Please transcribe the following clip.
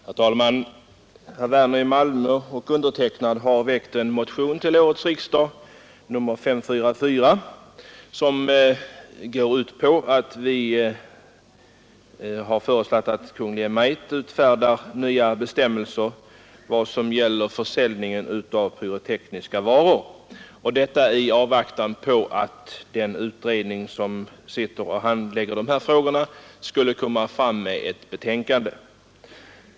Herr talman! Herr Werner i Malmö och jag har väckt en motion till årets riksdag, nr 544, där vi föreslagit att Kungl. Maj:t skall utfärda nya bestämmelser för försäljningen av pyrotekniska varor — detta i avvaktan på att den utredning som handlägger dessa frågor skall avge ett betänkande.